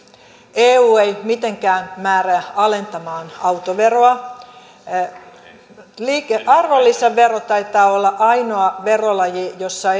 eu ei mitenkään määrää alentamaan autoveroa arvonlisävero taitaa olla ainoa verolaji jossa